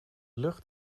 lucht